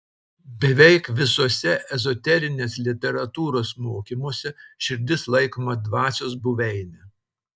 beveik visuose ezoterinės literatūros mokymuose širdis laikoma dvasios buveine